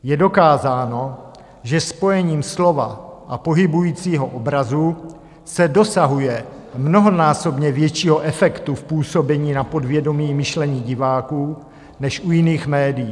Je dokázáno, že spojením slova a pohybujícího se obrazu se dosahuje mnohonásobně většího efektu v působení na podvědomí, myšlení diváků než u jiných médií.